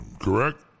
correct